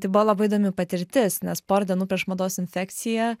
tai buvo labai įdomi patirtis nes porą dienų prieš mados infekciją